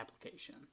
application